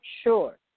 sure